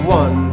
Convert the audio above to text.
one